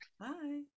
Bye